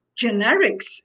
generics